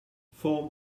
form